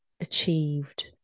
achieved